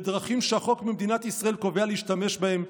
בדרכים שהחוק במדינת ישראל קובע להשתמש בהם,